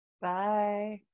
bye